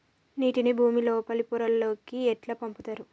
నీటిని భుమి లోపలి పొరలలోకి ఎట్లా పంపుతరు?